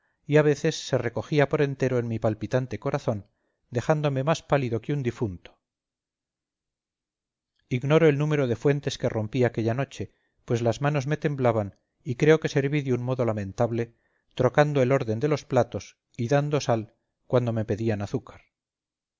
y a veces se recogía por entero en mi palpitante corazón dejándome más pálido que un difunto ignoro el número de fuentes que rompí aquella noche pues las manos me temblaban y creo que serví de un modo lamentable trocando el orden de los platos y dando sal cuando me pedían azúcar